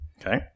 Okay